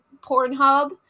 Pornhub